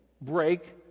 break